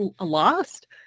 lost